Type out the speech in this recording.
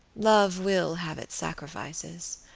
love will have its sacrifices.